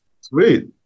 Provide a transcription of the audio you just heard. Sweet